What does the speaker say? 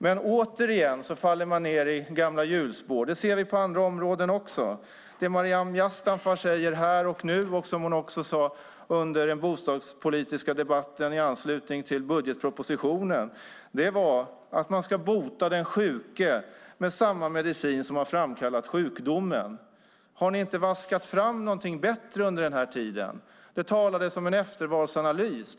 Men återigen faller man ned i gamla hjulspår. Det ser vi på andra områden också. Det Maryam Yazdanfar säger här och nu, och som hon också sade under den bostadspolitiska debatten i anslutning till budgetpropositionen, är att man ska bota den sjuke med samma medicin som har framkallat sjukdomen. Har ni inte vaskat fram någonting bättre under den här tiden? Det talades om en eftervalsanalys.